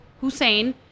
Hussein